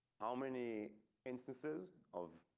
how many instances of?